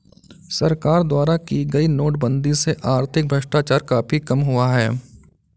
सरकार द्वारा की गई नोटबंदी से आर्थिक भ्रष्टाचार काफी कम हुआ है